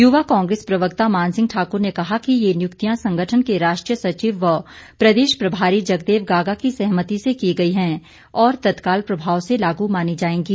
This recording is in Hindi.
युवा कांग्रेस प्रवक्ता मानसिंह ठाकुर ने कहा कि ये नियुक्तियां संगठन के राष्ट्रीय सचिव व प्रदेश प्रभारी जगदेव गागा की सहमति से की गई हैं और तत्काल प्रभाव से लागू मानी जाएंगी